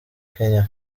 kenya